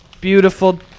beautiful